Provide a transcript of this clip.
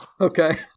Okay